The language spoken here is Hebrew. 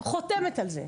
חותמת על זה.